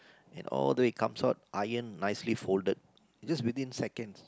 and all that it comes out ironed nicely folded just within seconds